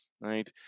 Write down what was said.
right